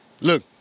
look